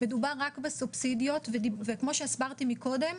מדובר רק על הסובסידיות, וכמו שהסברתי מקודם,